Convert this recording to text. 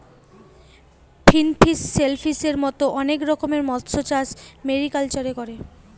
finfish, শেলফিসের মত অনেক রকমের মৎস্যচাষ মেরিকালচারে করে